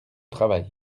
travail